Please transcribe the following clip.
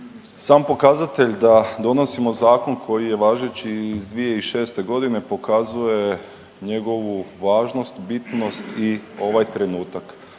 Sam pokazatelj da donosimo Zakon koji je važeći iz 2006. g. pokazuje njegovu važnost, bitnost i ovaj trenutak.